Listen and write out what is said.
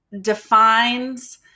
defines